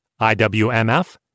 IWMF